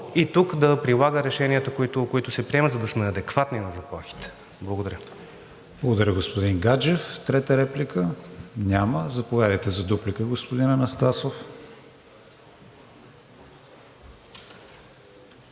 и тук да прилага решенията, които се приемат, за да сме адекватни на заплахите. Благодаря. ПРЕДСЕДАТЕЛ КРИСТИАН ВИГЕНИН: Благодаря, господин Гаджев. Трета реплика? Няма. Заповядайте за дуплика, господин Анастасов.